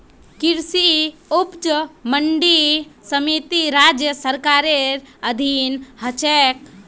कृषि उपज मंडी समिति राज्य सरकारेर अधीन ह छेक